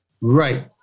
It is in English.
Right